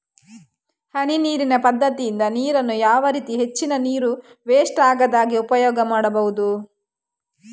ಹನಿ ನೀರಿನ ಪದ್ಧತಿಯಿಂದ ನೀರಿನ್ನು ಯಾವ ರೀತಿ ಹೆಚ್ಚಿನ ನೀರು ವೆಸ್ಟ್ ಆಗದಾಗೆ ಉಪಯೋಗ ಮಾಡ್ಬಹುದು?